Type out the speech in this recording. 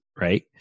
right